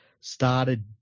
started –